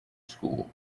school